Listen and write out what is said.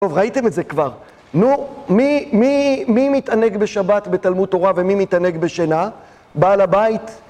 טוב ראיתם את זה כבר, נו מי מי מי מתענג בשבת בתלמוד תורה ומי מתענג בשינה? בעל הבית?